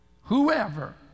Whoever